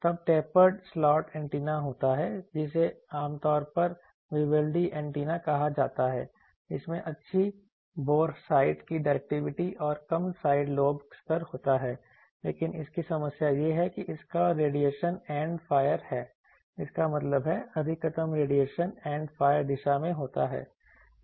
तब tapered slot antenna होता है जिसे आमतौर पर विवाल्डी एंटीना कहा जाता है इसमें अच्छी बोर साइट की डायरेक्टिविटी और कम साइड लोब स्तर होता है लेकिन इसकी समस्या यह है कि इसका रेडिएशन एंड फायर है इसका मतलब है अधिकतम रेडिएशन एंड फायर दिशा में होता है